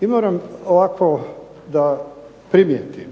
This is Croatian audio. i moram ovako da primijetim